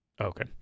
Okay